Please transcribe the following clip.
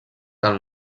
del